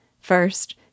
First